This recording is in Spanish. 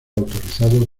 autorizados